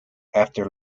after